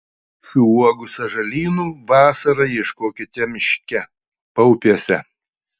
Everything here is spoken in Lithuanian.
šių uogų sąžalynų vasarą ieškokite miške paupiuose